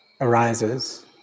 arises